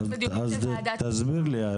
תסביר לי.